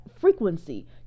frequency